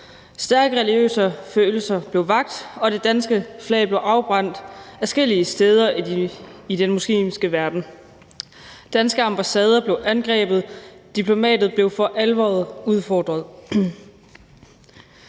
stærke religiøse følelser blev vakt, og det danske flag blev afbrændt adskillige steder i den muslimske verden. Danske ambassader blev angrebet, diplomatiet blev for alvor udfordret.